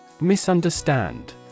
Misunderstand